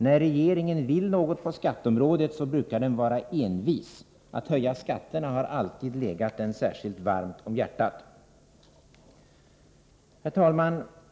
När regeringen verkligen vill något på skatteområdet brukar den vara envis, och att höja skatterna tycks ligga den särskilt varmt om hjärtat. Herr talman!